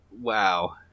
wow